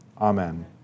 Amen